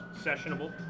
sessionable